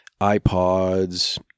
iPods